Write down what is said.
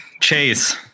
Chase